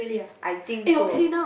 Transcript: I think so